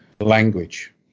language